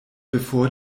bevor